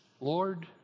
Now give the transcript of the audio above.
Lord